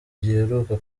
giheruka